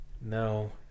no